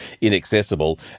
inaccessible